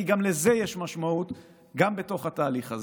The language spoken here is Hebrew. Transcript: כי גם לזה יש משמעות בתהליך הזה,